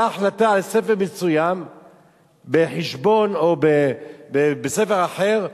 החלטה על ספר מסוים בחשבון או ספר אחר,